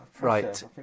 Right